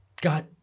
got